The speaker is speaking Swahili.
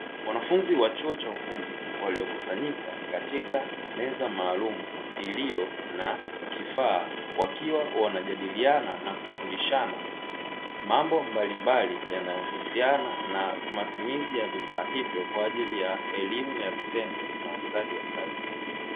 Wanafunzi wa chuo cha ufundi waliokusanyika katika meza maalumu, iliyo na kifaa wakiwa wanajadiliana na kufundishana mambo mbalimbali yanayohusiana na matumizi ya vifaa hivyo kwa ajili ya elimu ya vitendo na ustadi wa kazi.